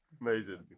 Amazing